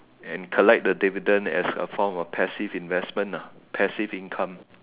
and collect the dividend as a form of passive investment ah passive income